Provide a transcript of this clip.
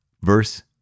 Verse